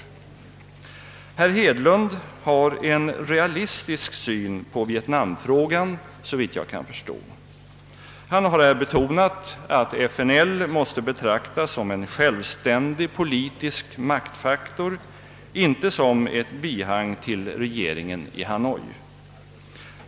Såvitt jag förstår har herr Hedlund en realistisk syn på vietnamfrågan. Han har här betonat att FNL måste betraktas som en självständig politisk maktfaktor och inte som ett bihang till regeringen i Hanoi.